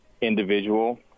individual